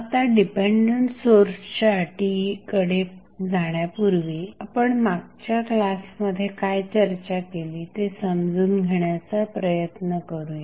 आता डिपेंडंट सोर्सच्या अटीकडे जाण्यापूर्वी आपण मागच्या क्लासमध्ये काय चर्चा केली ते समजून घेण्याचा प्रयत्न करूया